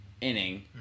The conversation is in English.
inning